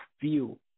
view